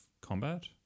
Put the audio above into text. combat